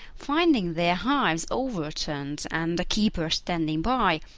finding their hives overturned and the keeper standing by,